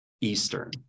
Eastern